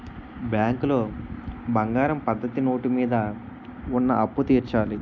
బ్యాంకులో బంగారం పద్ధతి నోటు మీద ఉన్న అప్పు తీర్చాలి